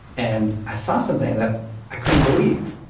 and i saw something that i couldn't believe.